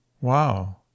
Wow